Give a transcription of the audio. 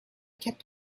kept